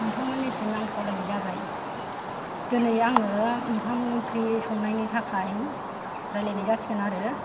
नोंथांमोननिसिम आं खावलायनाय जाबाय दिनै आङो ओंखाम ओंख्रि संनायनि थाखाय रायलायनाय जासिगोन आरो